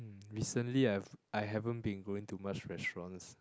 recently I've I haven't been going to much restaurants